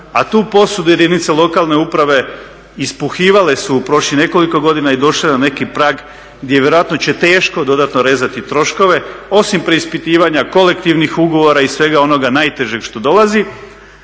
a tu posudu jedinice lokalne samouprave ispuhivale su u prošlih nekoliko godina i došle na neki prag gdje će vjerojatno teško dodatno rezati troškove osim preispitivanja kolektivnih ugovora i svega onog najtežeg što dolazi,